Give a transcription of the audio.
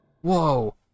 Whoa